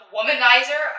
Womanizer